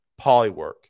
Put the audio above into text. polywork